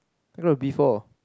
I got a B four